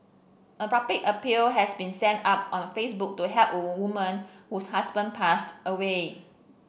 a public appeal has been set up on Facebook to help a woman whose husband passed away